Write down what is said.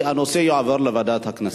הנושא יועבר לוועדת הכנסת.